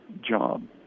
job